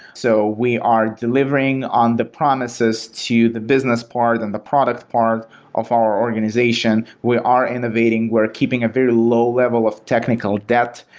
so we are delivering on the promises to the business part and the product part of our organization. we are innovating. we're keeping a very low-level of technical deb,